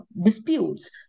disputes